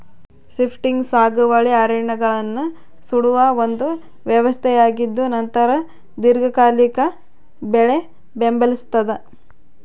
shifting ಸಾಗುವಳಿ ಅರಣ್ಯಗಳನ್ನು ಸುಡುವ ಒಂದು ವ್ಯವಸ್ಥೆಯಾಗಿದ್ದುನಂತರ ದೀರ್ಘಕಾಲಿಕ ಬೆಳೆ ಬೆಂಬಲಿಸ್ತಾದ